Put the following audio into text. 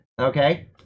Okay